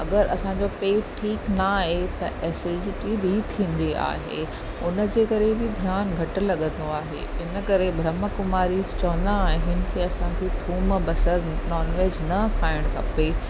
अगरि असांजो पेटु ठीकु न आहे त एसीडिटी बि थींदी आहे उनजे करे बि ध्यानु घटि लॻंदो आहे हिन करे ब्रह्माकुमारीज़ चवंदा आहिनि के असांखे थूम बसरि नॉन वेज न खाइणु खपे